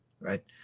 right